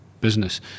business